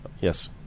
Yes